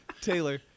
Taylor